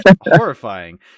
horrifying